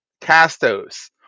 Castos